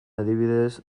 adibidez